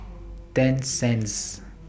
ten Cenz